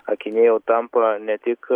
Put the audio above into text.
akiniai jau tampa ne tik